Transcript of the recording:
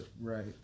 Right